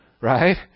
right